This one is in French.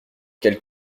quelle